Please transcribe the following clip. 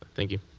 thank you.